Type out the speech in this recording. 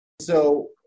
So-